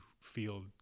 feel